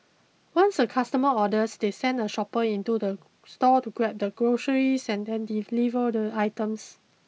once a customer orders they send a shopper into the store to grab the groceries and then deliver the items